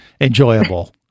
enjoyable